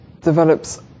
develops